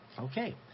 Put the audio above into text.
Okay